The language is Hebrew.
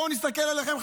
בואו נסתכל עליכם,